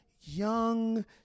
young